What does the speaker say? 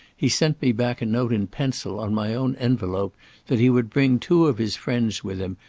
he sent me back a note in pencil on my own envelope that he would bring two of his friends with him,